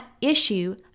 issue